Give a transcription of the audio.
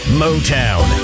motown